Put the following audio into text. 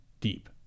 deep